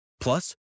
Plus